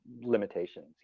limitations